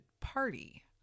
party